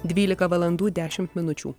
dvylika valandų dešimt minučių